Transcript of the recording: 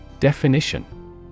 Definition